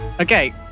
Okay